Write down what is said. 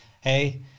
hey